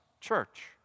church